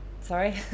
sorry